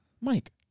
Mike